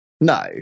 No